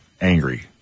angry